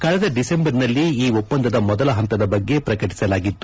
ಕಳೆದ ಡಿಸೆಂಬರ್ನಲ್ಲಿ ಈ ಒಪ್ಪಂದದ ಮೊದಲ ಹಂತದ ಬಗ್ಗೆ ಪ್ರಕಟಿಸಲಾಗಿತ್ತು